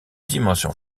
dimension